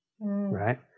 right